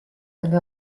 delle